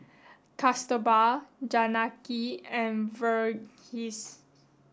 Kasturba Janaki and Verghese